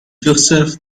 joseph